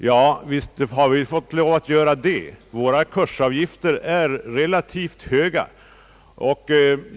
Ja, visst har vi fått lov att göra det, och våra kursavgifter är nu relativt höga.